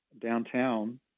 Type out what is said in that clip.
downtown